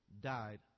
died